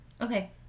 Okay